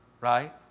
right